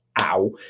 ow